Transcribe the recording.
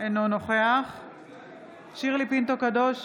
אינו נוכח שירלי פינטו קדוש,